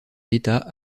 l’état